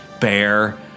Bear